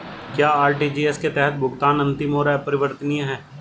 क्या आर.टी.जी.एस के तहत भुगतान अंतिम और अपरिवर्तनीय है?